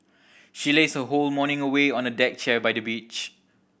she lazed her whole morning away on a deck chair by the beach